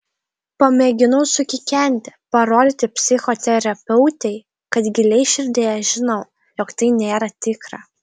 pamėginau sukikenti parodyti psichoterapeutei kad giliai širdyje žinau jog tai nėra tikra